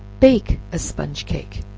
bake as sponge cake.